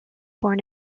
born